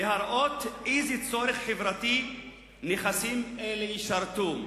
להראות איזה צורך חברתי נכסים אלה ישרתו,